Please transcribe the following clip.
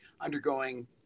undergoing